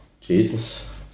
Jesus